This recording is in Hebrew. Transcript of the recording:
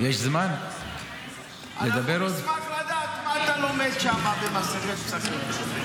אנחנו נשמח לדעת מה אתה לומד שם במסכת פסחים.